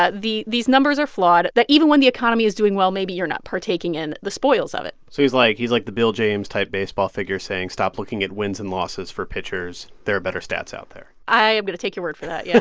ah these numbers are flawed, that even when the economy is doing well, maybe you're not partaking in the spoils of it so he's like like the bill james-type baseball figure saying stop looking at wins and losses for pitchers. there are better stats out there i am going to take your word for that, yeah